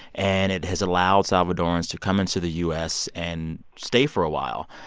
and it has allowed salvadorans to come into the u s. and stay for a while.